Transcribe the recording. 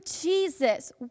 Jesus